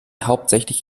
hauptsächlich